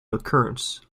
occurrence